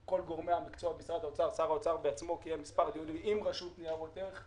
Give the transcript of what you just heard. שר האוצר בעצמו קיים כמה דיונים עם רשות ניירות ערך,